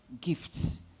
gifts